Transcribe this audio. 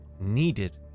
needed